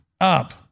up